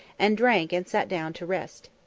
and drank and sat down to rest.